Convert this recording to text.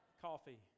Coffee